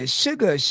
sugar